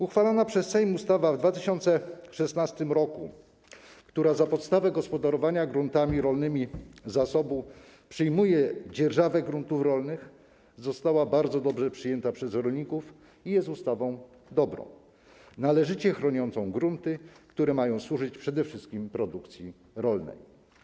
Uchwalona przez Sejm w 2016 r. ustawa, która za podstawę gospodarowania gruntami rolnymi zasobu przyjmuje dzierżawę gruntów rolnych, została bardzo dobrze przyjęta przez rolników i jest ustawą dobrą, należycie chroniącą grunty, które mają służyć przede wszystkim produkcji rolnej.